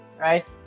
right